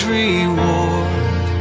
reward